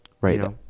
Right